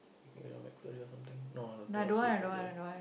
okay not bad query or something no ah don't today